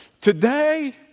Today